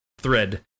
thread